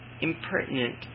impertinent